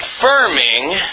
confirming